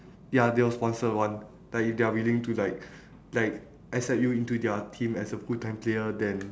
ya they'll sponsor [one] like if they're willing to like like accept you into their team as a full time player then